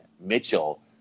Mitchell